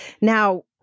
Now